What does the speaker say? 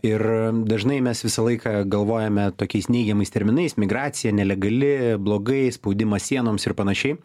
ir m dažnai mes visą laiką galvojame tokiais neigiamais terminais migracija nelegali blogai spaudimas sienoms ir panašiai